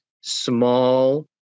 small